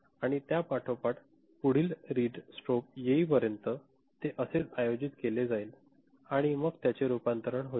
आणि त्या पाठोपाठ पुढील रीड इन स्ट्रोब येईपर्यंत हे असेच आयोजित केले जाईल आणि मग त्याचे रूपांतर होईल